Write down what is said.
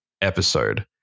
episode